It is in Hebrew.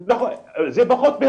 זה פחות מהרגיל?